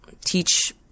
teach